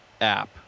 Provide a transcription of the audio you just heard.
app